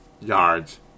yards